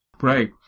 Right